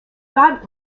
god